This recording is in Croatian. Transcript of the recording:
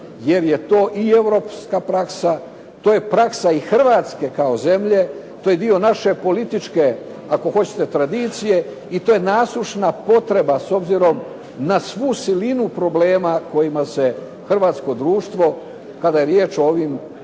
jer je to i europska praksa, to je praksa i Hrvatske kao zemlje, to je dio naše političke ako hoćete tradicije i to je nasušna potreba s obzirom na svu silinu problema kojima se hrvatsko društvo kada je riječ o ovim